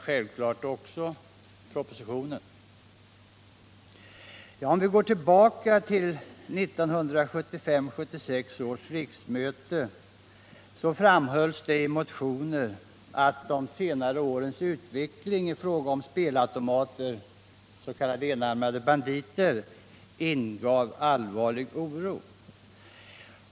I motioner till 1975/76 års riksmöte framhölls det bl.a. att de senaste årens utveckling i fråga om spelautomater, s.k. enarmade banditer, ingav allvarlig oro.